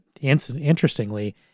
interestingly